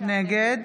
נגד